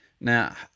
Now